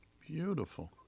Beautiful